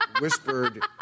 whispered